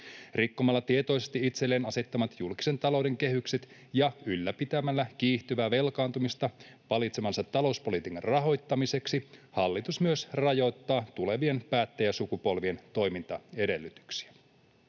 Rikkomalla tietoisesti itselleen asettamat julkisen talouden kehykset ja ylläpitämällä kiihtyvää velkaantumista valitsemansa talouspolitiikan rahoittamiseksi hallitus myös rajoittaa tulevien päättäjäsukupolvien toimintaedellytyksiä.